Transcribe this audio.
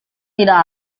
tidak